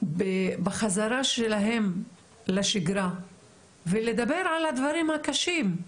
בחזרה שלהם לשגרה ולדבר על הדברים הקשים.